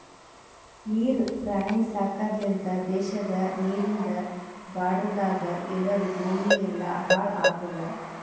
ನೀರ್ ಪ್ರಾಣಿ ಸಾಕದ್ ಲಿಂತ್ ದೇಶದ ನೀರಿಂದ್ ಬಾರ್ಡರದಾಗ್ ಇರದ್ ಭೂಮಿ ಎಲ್ಲಾ ಹಾಳ್ ಆತುದ್